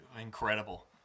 Incredible